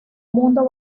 mundo